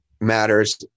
matters